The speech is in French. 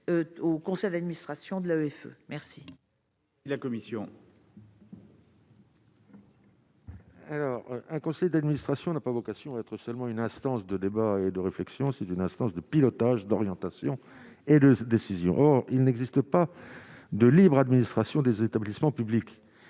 au conseil d'administration de l'AFE merci. La commission. Alors un conseil d'administration n'a pas vocation à être seulement une instance de débat et de réflexion, c'est une instance de pilotage d'orientation et de décision, il n'existe pas de libre administration des établissements publics,